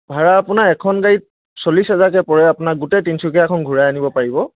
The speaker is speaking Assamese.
ভাৰা আপোনাৰ এখন গাড়ীত চল্লিছ হাজাৰকৈ পৰে আপোনাৰ গোটেই তিনিচুকীয়াখন ঘূৰাই আনিব পাৰিব